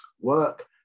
work